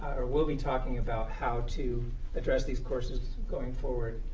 or will be talking about, how to address these courses going forward,